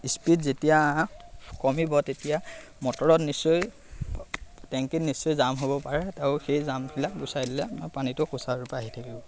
speed যেতিয়া কমিব তেতিয়া মটৰত নিশ্চয় টেংকিত নিশ্চয় জাম হ'ব পাৰে তাৰ সেই জামবিলাক গুচাই দিলে আমাৰ পানীটো সুচাৰুৰূপে আহি থাকিব